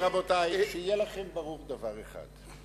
על כל פנים, רבותי, שיהיה לכם ברור דבר אחד: